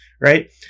right